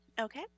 okay